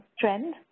trend